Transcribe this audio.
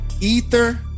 ether